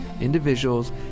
individuals